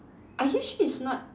are you sure it's not